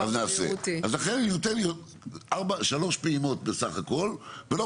אז לכן אני נותן שלוש פעימות בסך הכל ולא